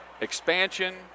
expansion